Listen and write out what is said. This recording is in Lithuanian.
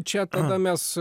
čia tada mes